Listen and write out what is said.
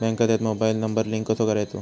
Bank खात्यात mobile number link कसो करायचो?